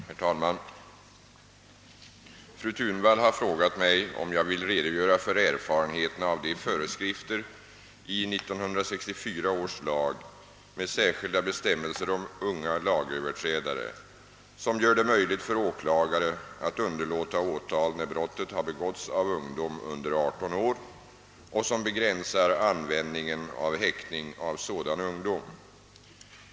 Herr talman! Fru Thunvall har frågat mig om jag vill redogöra för erfarenheterna av de föreskrifter i 1964 års lag med särskilda bestämmelser om unga lagöverträdare som gör det möjligt för åklagare att underlåta åtal, när brottet har begåtts av ungdom under 18 år, och som begränsar användningen av häktning av sådan ungdom.